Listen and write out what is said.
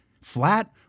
Flat